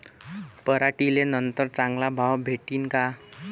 पराटीले नंतर चांगला भाव भेटीन का?